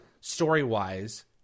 story-wise